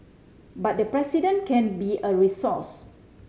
but the President can be a resource